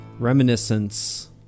reminiscence